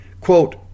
Quote